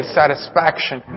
satisfaction